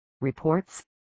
Reports